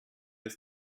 ist